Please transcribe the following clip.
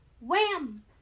Wham